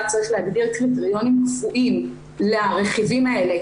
צריך להגדיר קריטריונים קבועים לרכיבים האלה,